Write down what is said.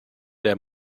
der